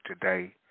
today